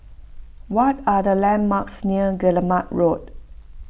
what are the landmarks near Guillemard Road